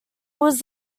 was